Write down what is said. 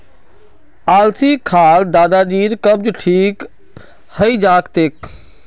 अलसी खा ल दादाजीर कब्ज ठीक हइ जा तेक